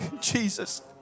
Jesus